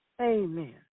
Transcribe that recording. Amen